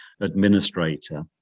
administrator